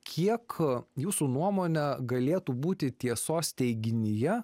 kiek jūsų nuomone galėtų būti tiesos teiginyje